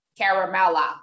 Caramella